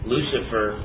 Lucifer